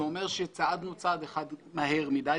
זה אומר שצעדנו צעד אחד מהר מדי,